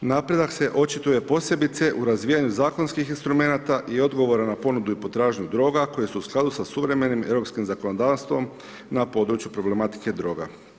Napredak se očituje posebice u razvijanju zakonskih instrumenata i odgovora na ponudu i potražnju droga koje su u skladu sa suvremenim europskim zakonodavstvom na području problematike droga.